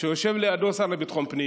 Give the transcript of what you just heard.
ויושב לידו השר לביטחון הפנים,